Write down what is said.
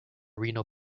renal